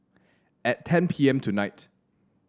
at ten P M tonight